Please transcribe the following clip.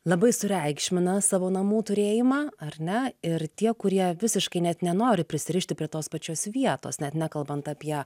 labai sureikšmina savo namų turėjimą ar ne ir tie kurie visiškai net nenori prisirišti prie tos pačios vietos net nekalbant apie